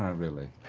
really.